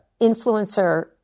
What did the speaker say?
influencer